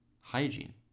hygiene